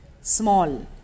small